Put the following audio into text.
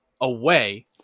away